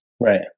Right